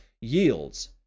yields